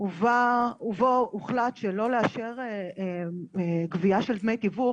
ובו הוחלט שלא לאשר גבייה של דמי תיווך